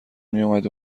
میومد